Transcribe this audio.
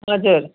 हजुर